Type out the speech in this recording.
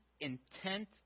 intent